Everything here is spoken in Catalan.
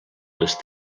les